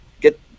get